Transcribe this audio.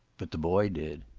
but the boy did.